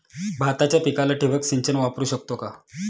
भाताच्या पिकाला ठिबक सिंचन वापरू शकतो का?